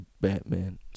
Batman